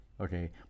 Okay